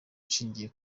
nshingiye